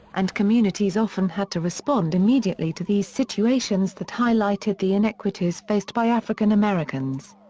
and communities often had to respond immediately to these situations that highlighted the inequities faced by african americans.